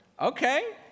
Okay